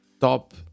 top